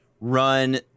run